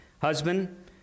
Husband